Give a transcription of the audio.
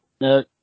No